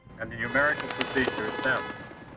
and the numerical procedure established.